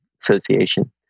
association